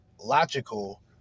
logical